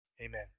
Amen